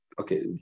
Okay